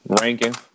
Ranking